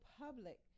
public